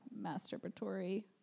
masturbatory